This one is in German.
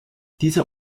dieser